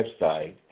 website